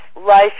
life